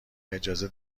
اجازه